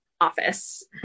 office